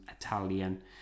Italian